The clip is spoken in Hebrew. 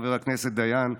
חבר הכנסת דיין,